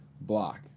block